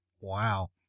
Wow